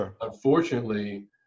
unfortunately